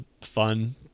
fun